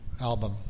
album